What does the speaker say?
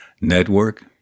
network